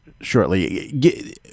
shortly